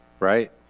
Right